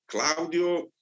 Claudio